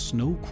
Snow